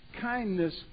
kindness